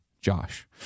Josh